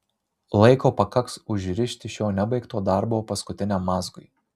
laiko pakaks užrišti šio nebaigto darbo paskutiniam mazgui